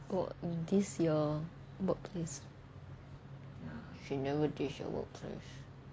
oh is this your workplace she know this your workplace